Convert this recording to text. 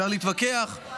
כמה שעות בשבוע?